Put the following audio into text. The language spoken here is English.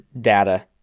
data